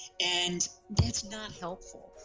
and it's not helpful.